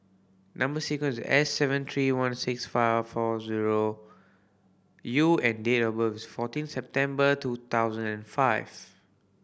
number sequence S seven three one six five four zero U and date of birth is fourteen September two thousand and fifth